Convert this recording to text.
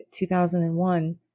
2001